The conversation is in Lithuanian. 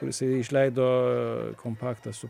jisai išleido kompaktą su